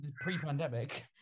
pre-pandemic